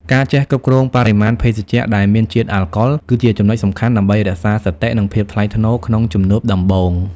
ការចេះគ្រប់គ្រងបរិមាណភេសជ្ជៈដែលមានជាតិអាល់កុល គឺជាចំណុចសំខាន់ដើម្បីរក្សាសតិ និងភាពថ្លៃថ្នូរក្នុងជំនួបដំបូង។